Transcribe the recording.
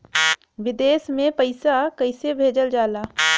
विदेश में पैसा कैसे भेजल जाला?